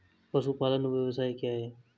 पशुपालन व्यवसाय क्या है?